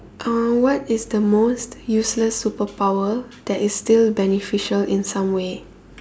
uh what is the most useless superpower that is still beneficial in some way